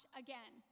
again